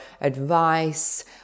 advice